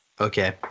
Okay